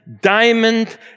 diamond